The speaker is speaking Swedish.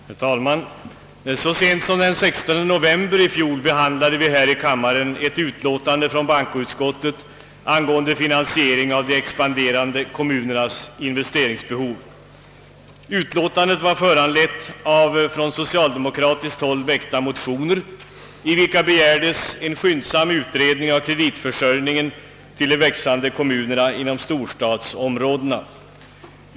Herr talman! Så sent som den 16 november i fjol behandlade vi här i kammaren ett utlåtande från bankoutskottet angående finansiering av de expanderande kommunernas investeringsbehov. Utlåtandet var föranlett av från socialdemokratiskt håll väckta motioner, i vilka begärdes en skyndsam utredning av kreditförsörjningen till de växande kommunerna inom storstadsområdena.